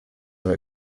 are